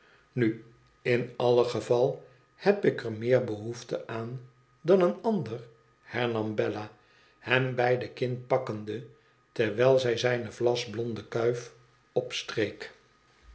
nu in alle geval heb ik er meer behoefte aan dan een ander hemao bella hem bij de kin pakkende terwijl zij zijne vlasblonde kuif opstreek